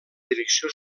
direcció